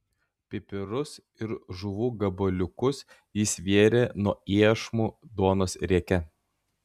pipirus ir žuvų gabaliukus jis vėrė nuo iešmų duonos rieke